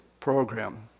program